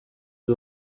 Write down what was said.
may